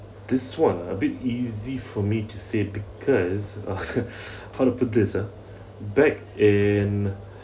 this [one] ah a bit easy for me to say because how to put this ah back in